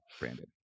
Brandon